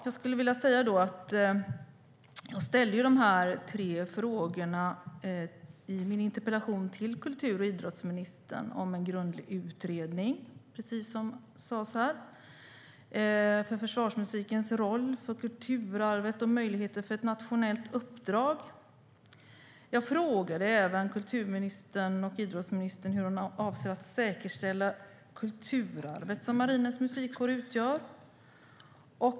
Jag ställde de tre frågorna i min interpellation till kultur och idrottsministern om en grundlig utredning om försvarsmusikens roll för kulturarvet och möjligheter för ett nationellt uppdrag. Jag frågade även kultur och idrottsministern hur hon avser att säkerställa kulturarvet som Marinens Musikkår utgör.